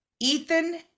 Ethan